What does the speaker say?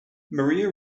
maria